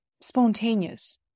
spontaneous